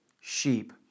sheep